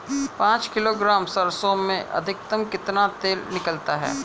पाँच किलोग्राम सरसों में अधिकतम कितना तेल निकलता है?